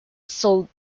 sold